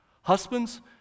Husbands